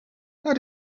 how